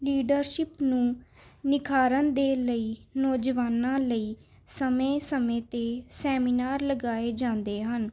leadership ਨੂੰ ਨਿਖਾਰਨ ਦੇ ਲਈ ਨੌਜਵਾਨਾਂ ਲਈ ਸਮੇਂ ਸਮੇਂ 'ਤੇ ਸੈਮੀਨਾਰ ਲਗਾਏ ਜਾਂਦੇ ਹਨ